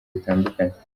bitandukanye